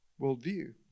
worldview